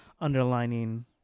underlining